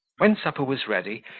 when supper was ready,